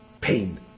pain